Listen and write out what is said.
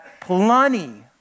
plenty